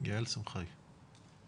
אני מסכימה עם